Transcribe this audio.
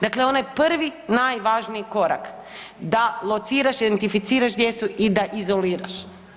Dakle, onaj prvi najvažniji korak da lociraš, identificiraš gdje su i da izoliraš.